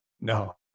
no